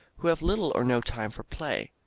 who have little or no time for play.